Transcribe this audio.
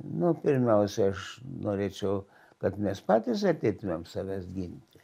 nu pirmiausiai aš norėčiau kad mes patys ateitumėm savęs ginti